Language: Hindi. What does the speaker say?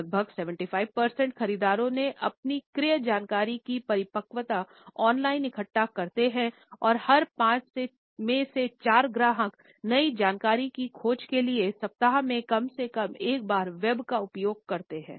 लगभग 75 प्रतिशत खरीदारो ने अपनी क्रय जानकारी की परिपक्वता ऑनलाइन इकट्ठा करते हैं और हर पांच में से चार ग्राहक नई जानकारी की खोज के लिए सप्ताह में कम से कम एक बार वेब का उपयोग करते हैं